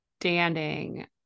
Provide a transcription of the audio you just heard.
standing